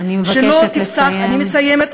אני מבקשת לסיים.